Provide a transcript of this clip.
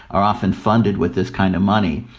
are often funded with this kind of money.